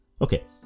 Okay